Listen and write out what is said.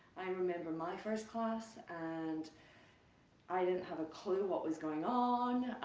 i remember my first class and i didn't have a clue what was going on,